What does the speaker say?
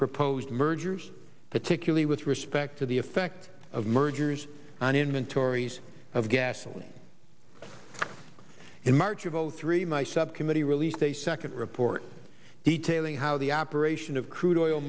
proposed mergers particularly with respect to the effect of mergers on inventories of gasoline in march of zero three my subcommittee released a second report detailing how the operation of crude oil